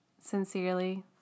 Sincerely